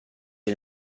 che